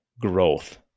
growth